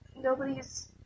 nobody's